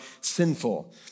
sinful